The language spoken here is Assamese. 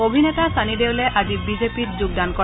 অভিনেতা ছানি দেওলে আজি বিজেপিত যোগদান কৰে